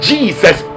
Jesus